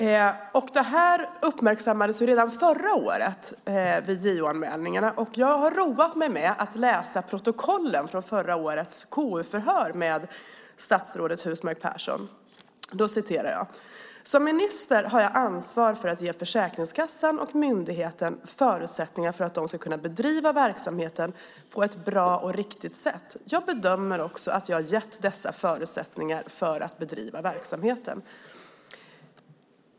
JO-anmälningarna uppmärksammades redan förra året. Jag har roat mig med att läsa protokollen från förra årets KU-förhör med statsrådet Husmark Pehrsson: Som minister har jag ansvar för att ge Försäkringskassan och myndigheten förutsättningar för att de ska kunna bedriva verksamheten på ett bra och riktigt sätt. Jag bedömer också att jag gett dessa förutsättningar för att bedriva verksamheten.